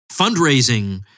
fundraising